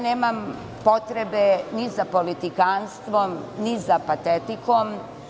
Nemam potrebe ni za politikanstvom ni za patetikom.